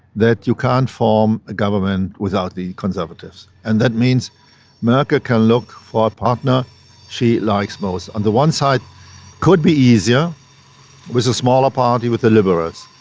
that you can't form a government without the conservatives, and that means merkel can look for a partner she likes most. on the one side it could be easier with a smaller party, with the liberals,